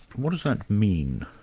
what does that mean?